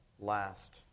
Last